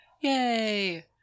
Yay